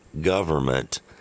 government